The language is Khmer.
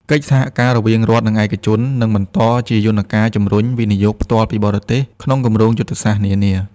កិច្ចសហការរវាងរដ្ឋ និងឯកជន នឹងបន្តជាយន្តការជំរុញ វិនិយោគផ្ទាល់ពីបរទេស ក្នុងគម្រោងយុទ្ធសាស្ត្រនានា។